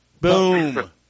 Boom